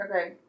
Okay